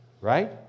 right